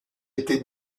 été